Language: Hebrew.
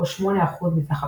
או 8% מסך הכול,